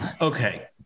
Okay